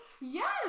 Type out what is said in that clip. Yes